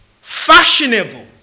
fashionable